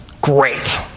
Great